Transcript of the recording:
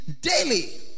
daily